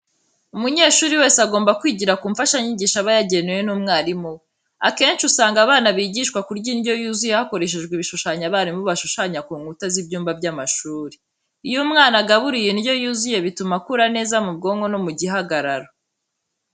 Umunyeshuri wese agomba kwigira ku mfashanyigisho aba yagenewe n'umwarimu we. Akenshi usanga abana bigishwa kurya indyo yuzuye hakoreshejwe ibishushanyo abarimu bashushanya ku nkuta z'ibyumba by'amashuri. Iyo umwana agaburiwe indyo yuzuye bituma akura neza mu bwonko no mu gihagararo.